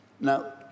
Now